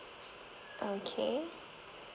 okay